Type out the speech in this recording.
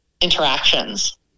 interactions